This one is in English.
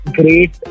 great